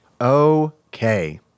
Okay